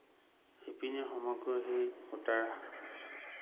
শিপিনীসমূহে সেই সূতা